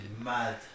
mad